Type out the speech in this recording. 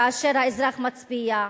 כאשר האזרח מצביע,